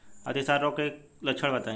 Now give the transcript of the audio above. अतिसार रोग के लक्षण बताई?